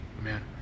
Amen